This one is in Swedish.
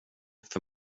för